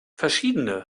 verschiedene